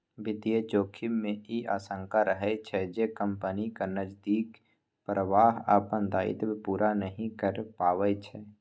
वित्तीय जोखिम मे ई आशंका रहै छै, जे कंपनीक नकदीक प्रवाह अपन दायित्व पूरा नहि कए पबै छै